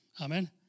Amen